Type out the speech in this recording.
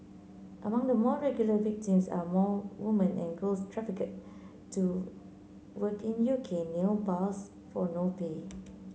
among the more regular victims are more women and girls trafficked to work in U K nail bars for no pay